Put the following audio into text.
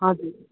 हजुर